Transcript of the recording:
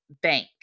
Bank